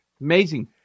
amazing